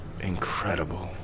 incredible